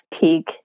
peak